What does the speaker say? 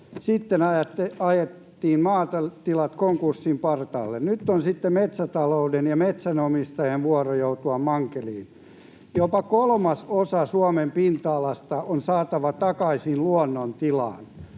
sitten ajettiin maatilat konkurssin partaalle. Nyt on sitten metsätalouden ja metsänomistajien vuoro joutua mankeliin. Jopa kolmasosa Suomen pinta-alasta on saatava takaisin luonnontilaan.